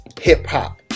hip-hop